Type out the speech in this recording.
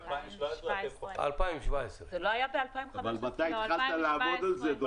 2017. אבל מתי התחלת לעבוד על זה?